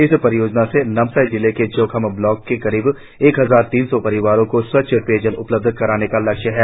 इस परियोजना से नामसाई जिले के चौखाम ब्लॉक के करीब एक हजार तीन सौ परिवारों को स्वच्छ पेयजल उपलब्ध कराने का लक्ष्य है